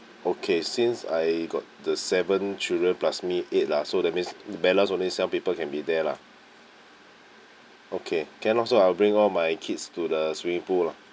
okay since I got the seven children plus me eight lah so that means balance only some people can be there lah okay can lor I will bring all my kids to the swimming pool lah